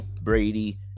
brady